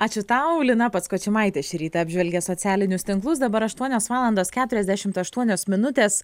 ačiū tau lina patskočimaitė šį rytą apžvelgė socialinius tinklus dabar aštuonios valandos keturiasdešimt aštuonios minutės